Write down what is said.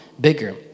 bigger